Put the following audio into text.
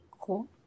Cool